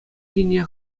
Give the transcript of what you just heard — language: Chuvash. ҫине